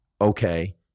okay